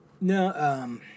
No